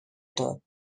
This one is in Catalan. tot